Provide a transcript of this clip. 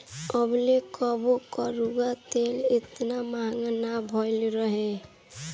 अबले कबो कड़ुआ तेल एतना महंग ना भईल रहल हअ